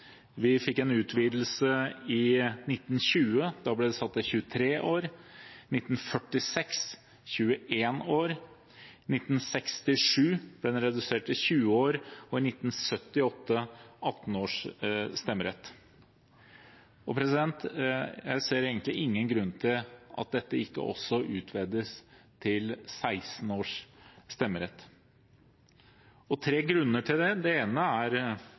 ble den satt til 21 år, i 1967 ble den redusert til 20 år og i 1978 til 18 år. Jeg ser egentlig ingen grunn til at dette ikke også utvides til 16 års stemmerett, og det er tre grunner til det. Det ene er